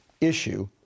issue